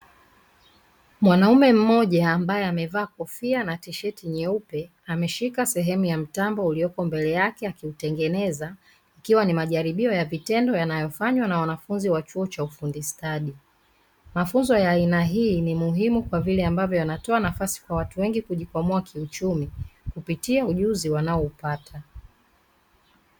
Mwanamme mmoja ambaye amevaa kofia na tisheti nyeupe; ameshika sehemu ya mtambo uliopo mbele yake akiutengeneza, ikiwa ni majaribio ya vitendo yanayofanywa na wanafunzi wa chuo cha ufundi stadi. Mafunzo ya aina hii muhimu kwa vile ambavyo yanatoa nafasi kwa watu wengi kujikwamua kiuchumi, kupitia ujuzi wanaoupata.